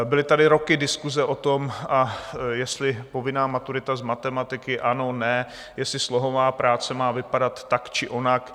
Byly tady roky diskuse o tom, jestli povinná maturita z matematiky ano, ne, jestli slohová práce má vypadat tak, či onak.